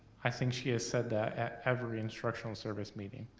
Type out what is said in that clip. i think she has said that at every instructional service meeting,